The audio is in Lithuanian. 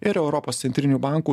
ir europos centrinių bankų